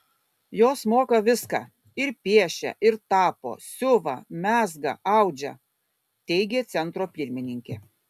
jos moka viską ir piešia ir tapo siuva mezga audžia teigė centro pirmininkė